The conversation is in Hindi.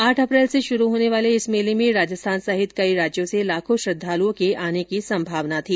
आठ अप्रैल से शुरू होने वाले इस मेले में राजस्थान सहित कई राज्यों से लाखों श्रद्वालुओं के आने की संभावना थी